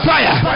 Fire